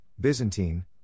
Byzantine